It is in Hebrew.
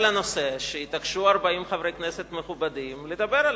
הנושא שהתעקשו 40 חברי כנסת מכובדים לדבר עליו,